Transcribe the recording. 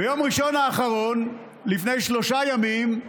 ביום ראשון האחרון, לפני שלושה ימים,